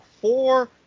four